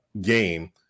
game